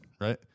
right